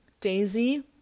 Daisy